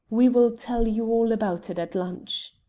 we will tell you all about it at lunch.